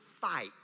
fight